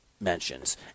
mentions